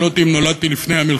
פעם שאלו אותי אם נולדתי לפני המלחמה,